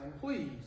please